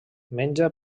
menja